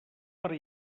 per